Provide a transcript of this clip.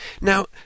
Now